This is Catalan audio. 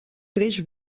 creix